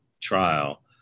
trial